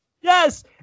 Yes